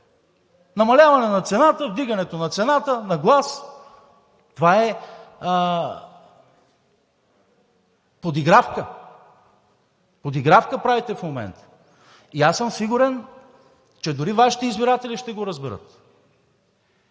Намаляването на цената, вдигането на цената, на глас – това е подигравка, подигравка правите в момента. И аз съм сигурен, че дори Вашите избиратели ще го разберат.